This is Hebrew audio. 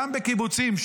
גם בקיבוצים,